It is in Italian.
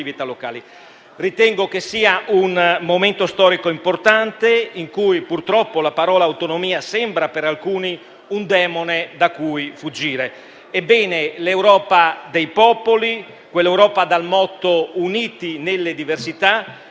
Ritengo che sia un momento storico importante, in cui purtroppo la parola «autonomia» sembra per alcuni un demone da cui fuggire. Ebbene, l'Europa dei popoli, quell'Europa dal motto «uniti nelle diversità»,